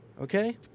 Okay